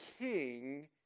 king